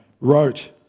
wrote